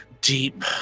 deep